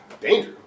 Danger